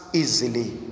easily